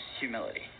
humility